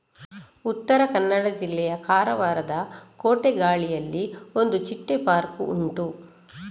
ಉತ್ತರ ಕನ್ನಡ ಜಿಲ್ಲೆಯ ಕಾರವಾರದ ಗೋಟೆಗಾಳಿಯಲ್ಲಿ ಒಂದು ಚಿಟ್ಟೆ ಪಾರ್ಕ್ ಉಂಟು